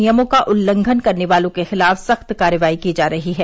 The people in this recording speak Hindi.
नियमों का उल्लंघन करने वालों के खिलाफ सख्त कार्रवाई की जा रही है